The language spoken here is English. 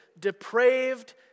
depraved